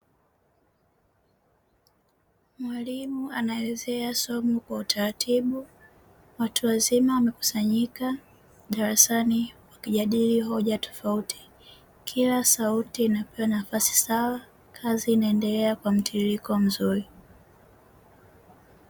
Mwalimu anaelezea somo kwa utaratibu, watu wazima wamekusanyika darasani wakijadili hoja tofauti, kila sauti inapewa nafasi sawa kazi zinaendelea kwa mtiririko mzuri.